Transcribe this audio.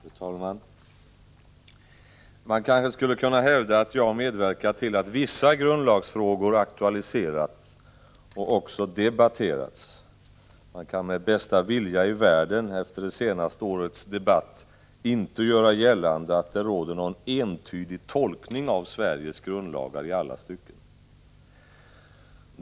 Fru talman! Man kanske skulle kunna hävda att jag medverkat till att vissa grundlagsfrågor har aktualiserats och också debatterats. Med bästa vilja i världen kan man efter det senaste årets debatt inte göra gällande att det råder någon entydig tolkning av Sveriges grundlagar i alla stycken.